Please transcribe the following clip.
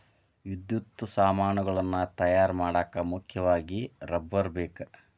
ವಿದ್ಯುತ್ ಸಾಮಾನುಗಳನ್ನ ತಯಾರ ಮಾಡಾಕ ಮುಖ್ಯವಾಗಿ ರಬ್ಬರ ಬೇಕ